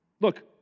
look